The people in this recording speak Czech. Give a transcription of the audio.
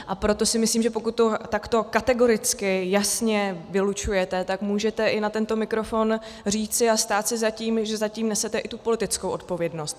A proto si myslím, že pokud to takto kategoricky, jasně, vylučujete, tak můžete i na tento mikrofon říci a stát si za tím, že za tím nesete i tu politickou odpovědnost.